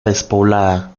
despoblada